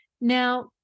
Now